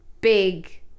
big